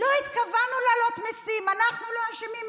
לא התכוונו להעלות מיסים, אנחנו לא אשמים.